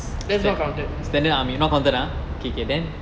that's not counted